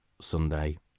sunday